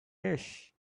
dish